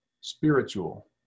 spiritual